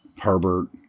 Herbert